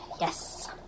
Yes